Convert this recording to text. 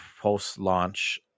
post-launch